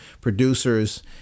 producers